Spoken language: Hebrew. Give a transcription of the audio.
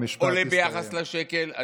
עולה ביחס לשקל.